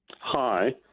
Hi